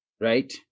right